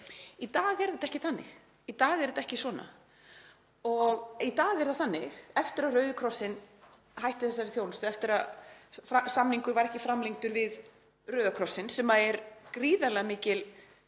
Í dag er þetta ekki þannig. Í dag er þetta ekki svona. Í dag er það þannig eftir að Rauði krossinn hætti þessari þjónustu, eftir að samningur var ekki framlengdur við Rauða krossinn, sem er gríðarlega mikil